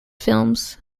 films